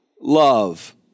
love